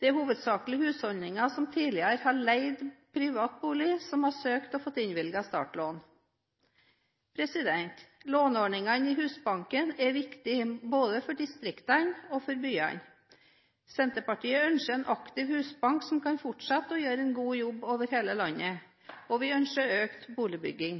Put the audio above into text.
Det er hovedsakelig husholdninger som tidligere har leid privat bolig, som har søkt og fått innvilget startlån. Låneordningene i Husbanken er viktig både for distriktene og for byene. Senterpartiet ønsker en aktiv husbank som kan fortsette å gjøre en god jobb over hele landet, og vi ønsker økt boligbygging.